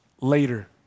later